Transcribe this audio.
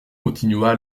continua